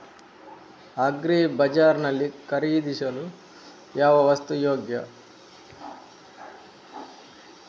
Agri Bazaar ನಲ್ಲಿ ಖರೀದಿಸಲು ಯಾವ ವಸ್ತು ಯೋಗ್ಯ?